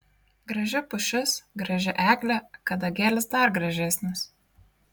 graži pušis graži eglė kadagėlis dar gražesnis